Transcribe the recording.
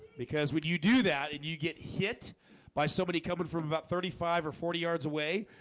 because would you do that and you get hit by somebody coming from about thirty five or forty yards away?